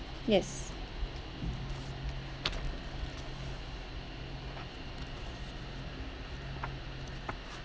yes